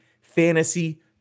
fantasy